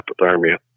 hypothermia